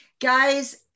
guys